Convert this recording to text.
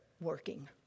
working